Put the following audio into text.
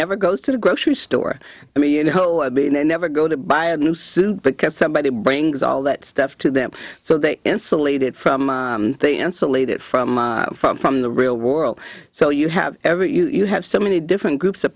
never goes to the grocery store i mean you know being they're never going to buy a new suit because somebody brings all that stuff to them so they insulated from they insulated from from from the real world so you have every you have so many different groups of